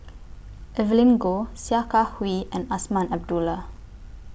Evelyn Goh Sia Kah Hui and Azman Abdullah